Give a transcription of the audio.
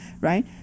Right